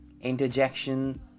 interjection